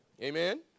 Amen